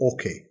okay